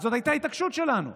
זאת הייתה ההתעקשות שלנו.